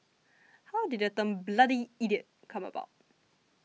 how did the term bloody idiot come about